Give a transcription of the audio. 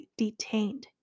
detained，